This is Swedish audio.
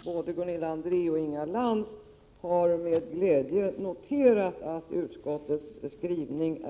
Herr talman! Det är bra att både Gunilla André och Inga Lantz med glädje har noterat att utskottets skrivning